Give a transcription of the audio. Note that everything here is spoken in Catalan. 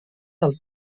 del